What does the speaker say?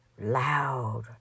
loud